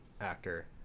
actor